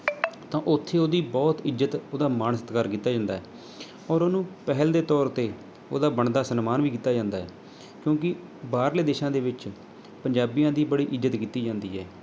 ਤਾਂ ਉੱਥੇ ਉਹਦੀ ਬਹੁਤ ਇੱਜ਼ਤ ਉਹਦਾ ਮਾਣ ਸਤਿਕਾਰ ਕੀਤਾ ਜਾਂਦਾ ਔਰ ਉਹਨੂੰ ਪਹਿਲ ਦੇ ਤੌਰ ਤੇ ਉਹਦਾ ਬਣਦਾ ਸਨਮਾਨ ਵੀ ਕੀਤਾ ਜਾਂਦਾ ਹੈ ਕਿਉਂਕਿ ਬਾਹਰਲੇ ਦੇਸ਼ਾਂ ਦੇ ਵਿੱਚ ਪੰਜਾਬੀਆਂ ਦੀ ਬੜੀ ਇੱਜ਼ਤ ਕੀਤੀ ਜਾਂਦੀ ਹੈ